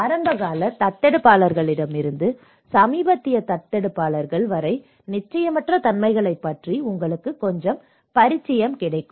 ஆரம்பகால தத்தெடுப்பாளரிடமிருந்து சமீபத்திய தத்தெடுப்பாளர்கள் வரை நிச்சயமற்ற தன்மைகளைப் பற்றி உங்களுக்கு கொஞ்சம் பரிச்சயம் கிடைக்கும்